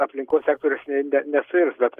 aplinkos sektorius ne nesuirs bet